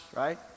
right